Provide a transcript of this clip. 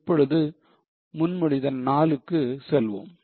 இப்பொழுது முன்மொழிதல் 4 க்கு செல்வோம்